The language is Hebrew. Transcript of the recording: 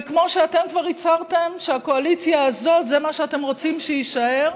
וכמו שאתם כבר הצהרתם שהקואליציה הזאת זה מה שאתם רוצים שיישאר,